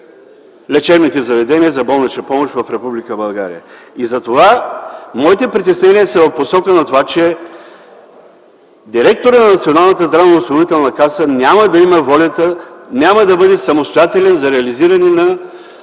лечебните заведения за болнична помощ в Република България. Моите притеснения са в посока на това, че директорът на Националната здравноосигурителна каса няма да има волята, няма да бъде самостоятелен за реализиране на